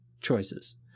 choices